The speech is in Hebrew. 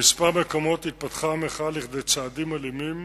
בכמה מקומות התפתחה המחאה לכדי צעדים אלימים